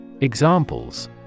Examples